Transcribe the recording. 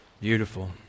beautiful